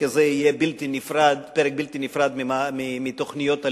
הזה יהיה בלתי נפרד מתוכניות הלימודים.